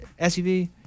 SUV